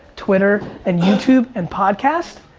twitter, and youtube, and podcasts,